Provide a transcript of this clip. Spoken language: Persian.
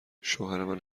شوهرمن